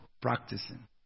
practicing